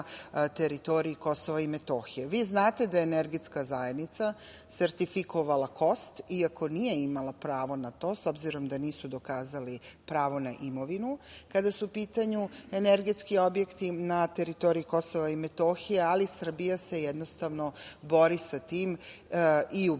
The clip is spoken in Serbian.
teritoriji Kosova i Metohije. Vi znate da je Energetska zajednica sertifikovala KOST, iako nije imala pravo na to, s obzirom da nisu dokazali pravo na imovinu, kada su u pitanju energetski objekti na teritoriji Kosova i Metohije, ali Srbija se jednostavno bori sa tim i u